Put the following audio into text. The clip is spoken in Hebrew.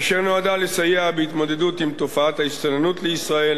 אשר נועדה לסייע בהתמודדות עם תופעת ההסתננות לישראל